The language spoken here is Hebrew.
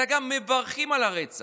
אלא גם מברכים על הרצח.